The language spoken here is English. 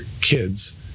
kids